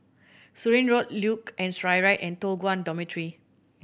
Surin Road Luge and Skyride and Toh Guan Dormitory